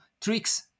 tricks